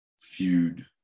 feud